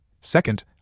Second